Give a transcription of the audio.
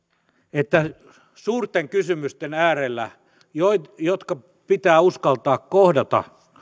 että suurten kysymysten äärellä jotka pitää uskaltaa kohdata